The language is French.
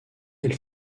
elle